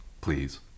please